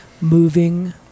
moving